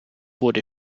wurde